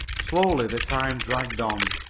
slowly the time dragged on.